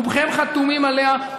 רובכם חתומים עליה.